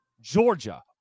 Georgia